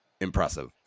impressive